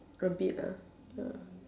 a bit ah ah